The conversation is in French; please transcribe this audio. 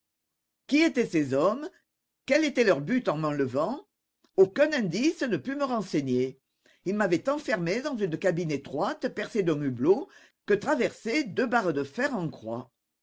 qui étaient ces hommes quel était leur but en m'enlevant aucun indice ne put me renseigner ils m'avaient enfermé dans une cabine étroite percée d'un hublot que traversaient deux barres de fer en croix